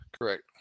correct